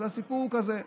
אז הסיפור הוא כזה,